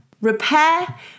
Repair